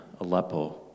Aleppo